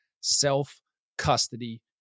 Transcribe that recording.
self-custody